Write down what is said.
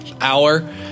hour